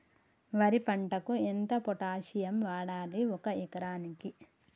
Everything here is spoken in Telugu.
వరి పంటకు ఎంత పొటాషియం వాడాలి ఒక ఎకరానికి?